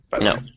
No